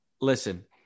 Listen